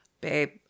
babe